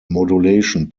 modulation